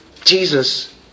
Jesus